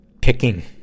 picking